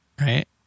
Right